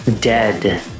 dead